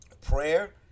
prayer